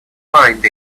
find